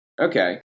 Okay